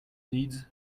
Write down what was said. needs